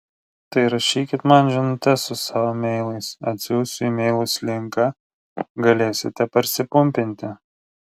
tai rašykit man žinutes su savo meilais atsiųsiu į meilus linką galėsite parsipumpinti